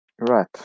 Right